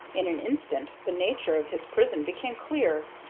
in an instant the nature of his prison became clear.